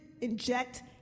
inject